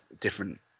different